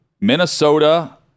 Minnesota